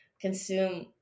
consume